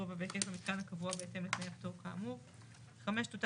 גובה והיקף המיתקן הקבוע בהתאם לתנאי הפטור כאמור; (5) תותר